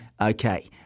Okay